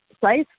Place